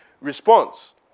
response